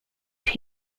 that